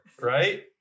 right